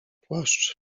płaszcz